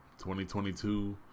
2022